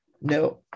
no